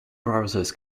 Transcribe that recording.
browsers